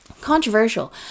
Controversial